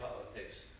politics